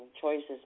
Choices